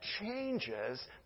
changes